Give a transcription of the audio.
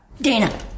Dana